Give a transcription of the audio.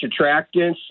attractants